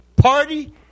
party